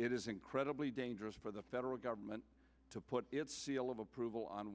it is incredibly dangerous for the federal government to put its seal of approval on